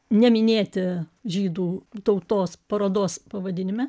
neminėti žydų tautos parodos pavadinime